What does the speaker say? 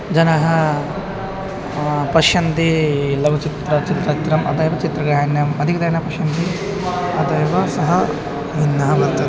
जनाः पश्यन्ति लघुचित्रं चित्रं चित्रम् अतः एव चित्रगाहिण्याम् अधिकतया न पश्यन्ति अतः एव सः भिन्नः वर्तते